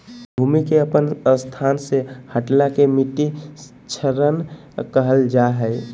भूमि के अपन स्थान से हटला के मिट्टी क्षरण कहल जा हइ